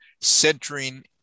Centering